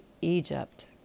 Egypt